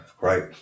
Right